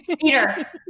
Peter